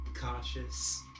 cautious